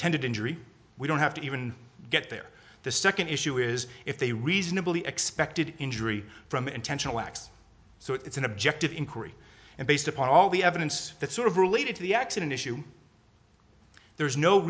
intended injury we don't have to even get there the second issue is if they reasonably expected injury from intentional acts so it's an objective inquiry and based upon all the evidence fit sort of related to the accident issue there's no